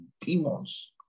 demons